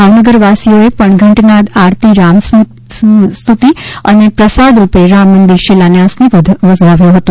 ભાવનગરવાસીઓએ આજે ઘંટનાદ આરતી રામસ્તુતિ અને પ્રસાદરૂપે રામમદિંર શિલાન્યાસને વધાવ્યો હતો